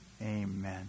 Amen